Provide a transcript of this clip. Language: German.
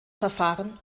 verfahren